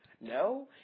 No